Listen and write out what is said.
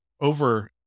over